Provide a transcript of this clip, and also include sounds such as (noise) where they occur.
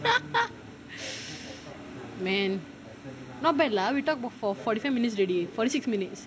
(laughs) (breath) man not bad lah we talk about for forty five minutes already forty six minutes